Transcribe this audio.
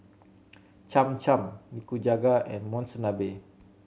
Cham Cham Nikujaga and Monsunabe